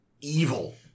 evil